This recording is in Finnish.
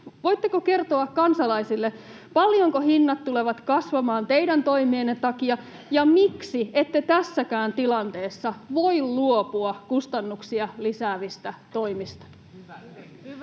voitteko kertoa kansalaisille, paljonko hinnat tulevat kasvamaan teidän toimienne takia ja miksi ette tässäkään tilanteessa voi luopua kustannuksia lisäävistä toimista?